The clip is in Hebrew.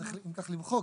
צריך אם כך למחוק.